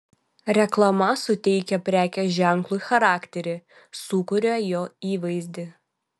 reklama suteikia prekės ženklui charakterį sukuria jo įvaizdį